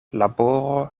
laboro